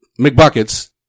McBuckets